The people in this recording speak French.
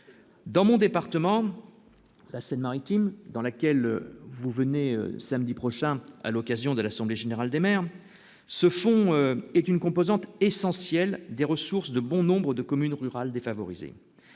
dans mon département, la Seine-Maritime, dans laquelle vous venez samedi prochain à l'occasion de l'assemblée générale des maires, ce fonds est une composante essentielle des ressources de bon nombre de communes rurales défavorisées